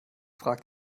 fragt